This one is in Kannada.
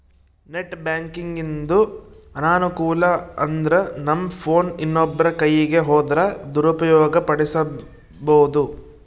ನೆಟ್ ಬ್ಯಾಂಕಿಂಗಿಂದು ಅನಾನುಕೂಲ ಅಂದ್ರನಮ್ ಫೋನ್ ಇನ್ನೊಬ್ರ ಕೈಯಿಗ್ ಹೋದ್ರ ದುರುಪಯೋಗ ಪಡಿಸೆಂಬೋದು